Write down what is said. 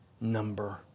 number